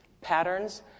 patterns